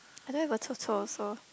I don't have a 臭臭 also